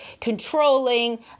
controlling